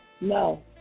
No